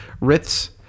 Ritz